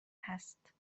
است